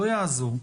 לא יעזור,